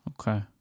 Okay